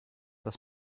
das